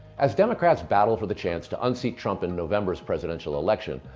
as democrats battle for the chance to unseat trump in november's presidential election,